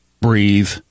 breathe